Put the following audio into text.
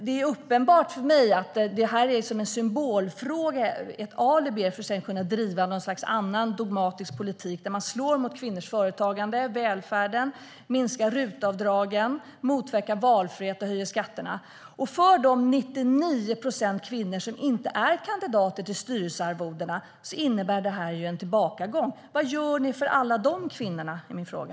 Det är uppenbart för mig att det här en symbolfråga, ett alibi att driva något slags annan dogmatisk politik där man slår mot kvinnors företagande, välfärden, minskar RUT-avdragen, motverkar valfrihet och höjer skatterna. För de 99 procent kvinnor som inte är kandidater till styrelsearvodena innebär det här en tillbakagång. Vad gör ni för alla de kvinnorna?